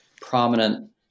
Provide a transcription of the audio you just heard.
prominent